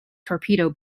torpedo